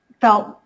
felt